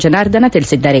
ಜನಾರ್ದನ ತಿಳಿಸಿದ್ದಾರೆ